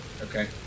Okay